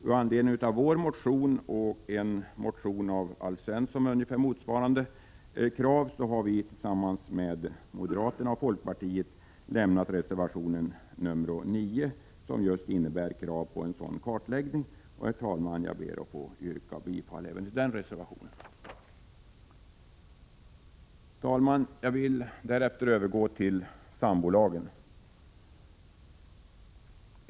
Med anledning av vår motion och en motion av Alf Svensson med ungefär motsvarande krav har vi tillsammans med moderata samlingspartiet och folkpartiet lämnat reservation nr 9 med krav på en sådan kartläggning. Jag ber att få yrka bifall även till denna reservation. Herr talman! Jag vill härefter övergå till sambolagen.